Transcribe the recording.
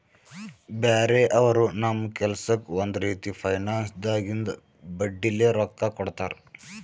ಬ್ಯಾರೆ ಅವರು ನಮ್ ಕೆಲ್ಸಕ್ಕ್ ಒಂದ್ ರೀತಿ ಫೈನಾನ್ಸ್ದಾಗಿಂದು ಬಡ್ಡಿಲೇ ರೊಕ್ಕಾ ಕೊಡ್ತಾರ್